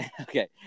Okay